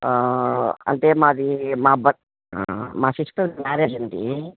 అంటే మాది మా బ మా సిస్టర్ మ్యారేజ్ అండి